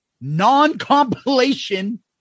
non-compilation